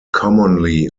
commonly